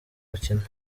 gukina